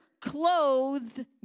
clothed